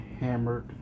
hammered